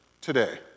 today